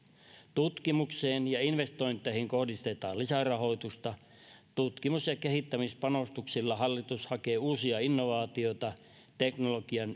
tutkimukseen ja investointeihin kohdistetaan lisärahoitusta tutkimus ja ja kehittämispanostuksilla hallitus hakee uusia innovaatioita teknologian